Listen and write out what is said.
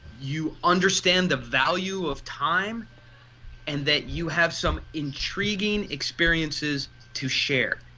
you understand the value of time and that you have some intriguing experiences to share.